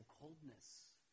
coldness